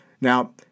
Now